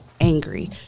angry